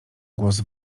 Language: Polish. głos